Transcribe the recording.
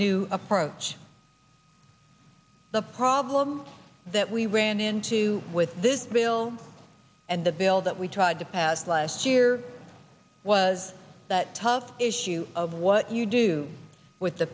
new approach the problem that we ran into with this bill and the bill that we tried to pass last year was that tough issue of what you do with the